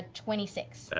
ah twenty six.